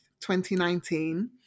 2019